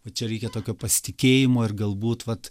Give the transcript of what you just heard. va čia reikia tokio pasitikėjimo ir galbūt vat